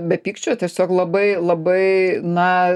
be pykčio tiesiog labai labai na